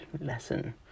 lesson